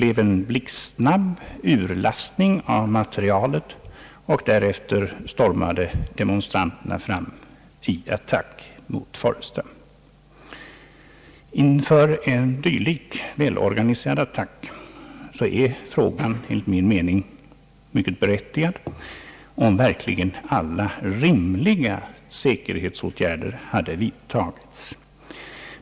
En blixtsnabb urlastning av materialet skedde, och därefter stormade demonstranterna fram i attack mot Foresta. Inför en dylik välorganiserad attack är frågan enligt min mening mycket berättigad om verkligen alla rimliga säkerhetsåtgärder hade vidtagits.